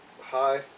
Hi